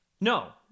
No